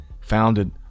founded